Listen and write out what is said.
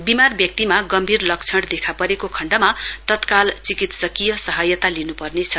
विमार व्यक्तिमा गम्भीर लक्षण देखा परेको खण्डमा तत्काल चिकित्सकीय सहायता लिनुपर्नेछ